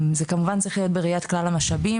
כמובן זה צריך להיות בראיית כלל המשאבים,